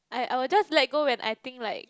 I I will just let go when I think like